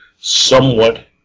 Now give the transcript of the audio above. somewhat